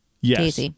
Yes